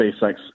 SpaceX